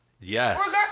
Yes